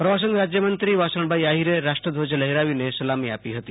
પ્રવાસન રાજ્યમંત્રી વાસણભાઈ આહિરે રાષ્ટ્રધ્વજ લહેરાવીને સલામી આપી હતી